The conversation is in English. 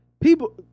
People